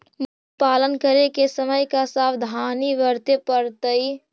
मुर्गी पालन करे के समय का सावधानी वर्तें पड़तई?